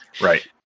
Right